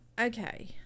Okay